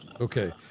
Okay